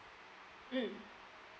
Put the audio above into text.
mm